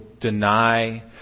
deny